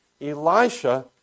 Elisha